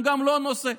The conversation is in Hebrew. גם גם לא נושא,